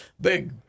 big